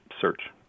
search